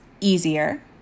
easier